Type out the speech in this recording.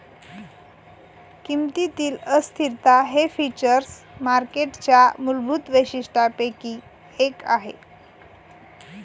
किमतीतील अस्थिरता हे फ्युचर्स मार्केटच्या मूलभूत वैशिष्ट्यांपैकी एक आहे